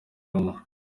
rumwe